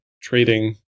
trading